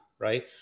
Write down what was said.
Right